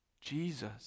Jesus